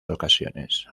ocasiones